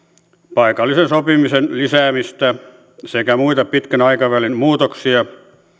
paikallisen sopimisen lisäämistä sekä muita pitkän aikavälin muutoksia